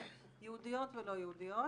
יהודיות ולא יהודיות